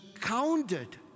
counted